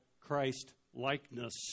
Christ-likeness